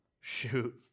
Shoot